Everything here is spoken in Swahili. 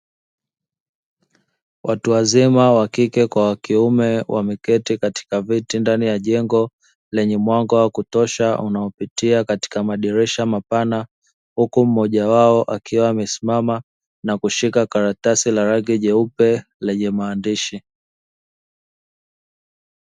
Watu wazima wa kike kwa wa kiume wameketi katika viti ndani ya jengo lenye !wanga wa kutosha unaopitia katika madirisha mapana huku mmoja wao akiwa amesimama na kushika karatasi la rangi jeupe lenye maandishi.